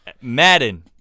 Madden